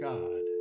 God